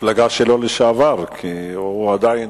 המפלגה שלו לשעבר, כי הוא עדיין,